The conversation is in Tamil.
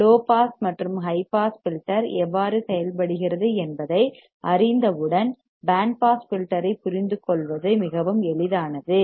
லோ பாஸ் மற்றும் ஹை பாஸ் ஃபில்டர் எவ்வாறு செயல்படுகிறது என்பதை அறிந்தவுடன் பேண்ட் பாஸ் ஃபில்டர் ஐப் புரிந்துகொள்வது மிகவும் எளிதானது